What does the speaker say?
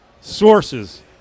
Sources